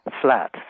flat